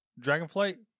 Dragonflight